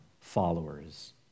followers